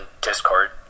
Discord